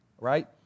right